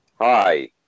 Hi